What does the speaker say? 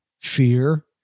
fear